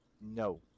No